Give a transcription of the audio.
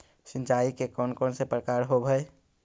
सिंचाई के कौन कौन से प्रकार होब्है?